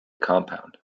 compound